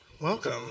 welcome